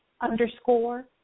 underscore